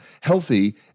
healthy